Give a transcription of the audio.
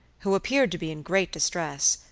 who appeared to be in great distress,